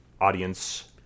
audience